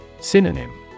Synonym